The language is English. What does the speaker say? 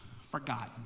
forgotten